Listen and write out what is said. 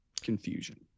confusion